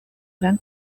gran